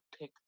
pick